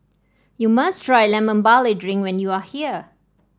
you must try Lemon Barley Drink when you are here